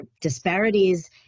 disparities